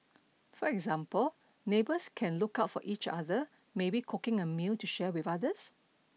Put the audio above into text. for example neighbors can look out for each other maybe cooking a meal to share with others